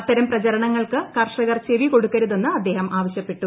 അത്തരം പ്രചരണങ്ങൾക്ക് കർഷകർ ചെവി കൊടുക്കരുതെന്ന് അദ്ദേഹം ആവശ്യപ്പെട്ടു